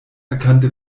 erkannte